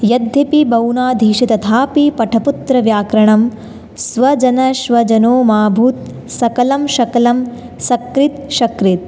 यद्यपि बहुनाधीषे तथापि पठ पुत्र व्याकरणं स्वजनो श्वजनो माऽभूत् सकलं शकलं सकृत् शकृत्